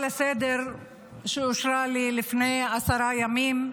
לסדר-היום שאושרה לי לפני עשרה ימים,